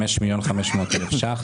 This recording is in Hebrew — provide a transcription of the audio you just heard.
5 מיליון ו-500 אלף שקלים.